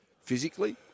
physically